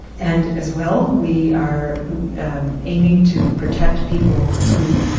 and as well, we are aiming to protect people who,